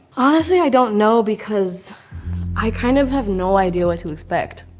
honestly, i don't know because i kind of have no idea what to expect.